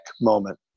moment